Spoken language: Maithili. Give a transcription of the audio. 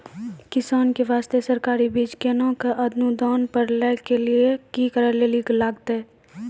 किसान के बास्ते सरकारी बीज केना कऽ अनुदान पर लै के लिए की करै लेली लागतै?